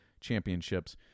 championships